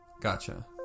Gotcha